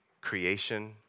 creation